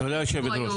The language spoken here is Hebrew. תודה יושבת הראש.